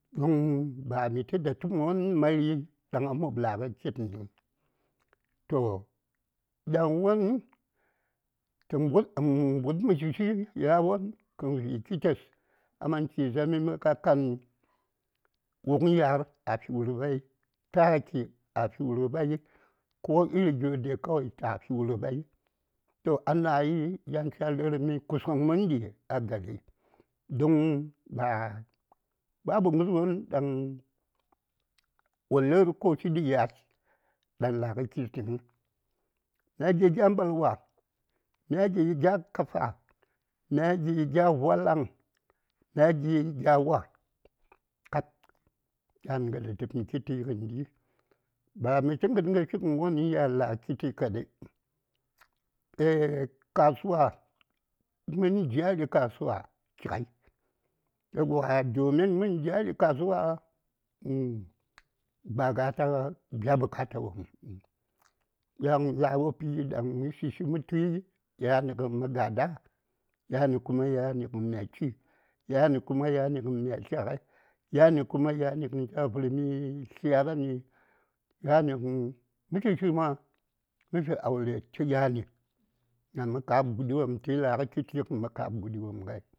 ﻿Hmn ba mi tə datəpm won mari ɗaŋ a mob la: gə kitn dzaŋ gon tə mbut mə mbut mə shi shi yan aman chije mi mən akan wuŋ ya:r a fi wurɓai taki a fi wurɓai ko iri gyo dai kawai ta fi wurɓai toh anayi yan cha lə:r mi kusuŋ mənɗi a gari dən ba babu gərwon daŋ wo lə:r kashi ɗi yatl ɗan la:gə kittəŋ mya gi: gya mbalwa mya gi: gya kafa mya gi: gya vwalaŋ mya gi: gya wa: kab yan ŋa datəpm kitti gəndi ba mitə a: figən wonəŋ yan nə la: kitti kadai aeyyy kasuwa mən jari kasuwa chiŋai yauwa domin mən jari kasuwa uhhm ba gata bya bukata wopm həŋ yaŋ la: wopi daŋ mə shishi mə tui yani kuma yani gən mə ga:da yani kuma yani gən mya chi yani kuma yani gən mya tlya ŋai yani kuma yani gən cha vərmi tlyagəni yani gən mə shishi ma mə fi aure tə yani daŋ mə ka:b guɗi wopm tə la: gə kitti gən mə ka:b guɗi wopm ŋai.